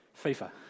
FIFA